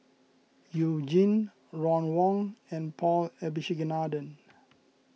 You Jin Ron Wong and Paul Abisheganaden